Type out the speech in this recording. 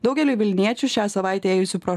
daugeliui vilniečių šią savaitę ėjusių pro